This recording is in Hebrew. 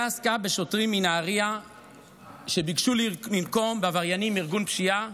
בשוטרים מנהריה שביקשו לנקום בעבריינים מארגון פשיעה